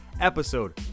episode